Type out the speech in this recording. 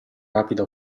rapida